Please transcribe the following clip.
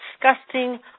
disgusting